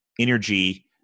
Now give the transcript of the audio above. energy